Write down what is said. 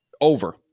Over